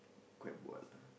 quite bored lah